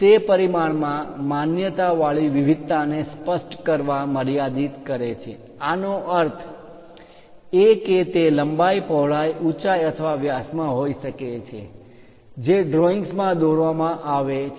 તે પરિમાણમાં માન્યતા વાળી વિવિધતાને સ્પષ્ટ કરવા મર્યાદિત કરે છે આનો અર્થ એ કે તે લંબાઈ પહોળાઈ ઊંચાઈ અથવા વ્યાસ માં હોઈ શકે છે જે ડ્રોઇંગ્સ મા દોરવામાં આવે છે